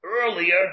earlier